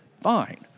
Fine